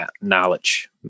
knowledge